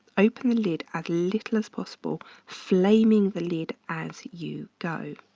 open the lid as little as possible flaming the lid as you go.